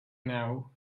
now